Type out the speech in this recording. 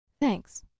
Thanks